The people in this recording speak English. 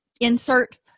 insert